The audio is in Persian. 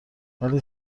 ولی